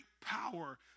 power